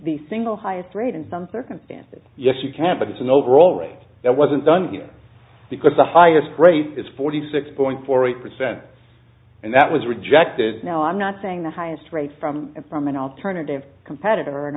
the single highest rate in some circumstances yes you can but it's an overall rate that wasn't done here because the highest rate is forty six point four eight percent and that was rejected now i'm not saying the highest rate from from an alternative competitor an